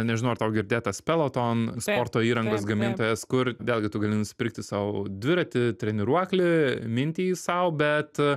nežinau ar tau girdėtas peloton sporto įrangos gamintojas kur vėlgi tu gali nusipirkti sau dviratį treniruoklį minti jį sau bet